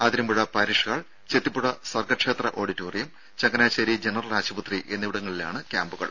Athirampuzha parish hall Chethipuzha Sargakshetra auditorium Changanassery general ആശുപത്രി എന്നിവിടങ്ങളിലാണ് ക്യാമ്പുകൾ